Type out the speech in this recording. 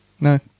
No